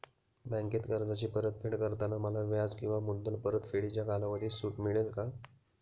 बँकेत कर्जाची परतफेड करताना मला व्याज किंवा मुद्दल परतफेडीच्या कालावधीत सूट मिळेल का?